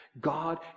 God